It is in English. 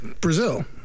Brazil